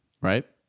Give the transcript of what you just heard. right